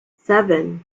seven